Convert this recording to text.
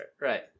right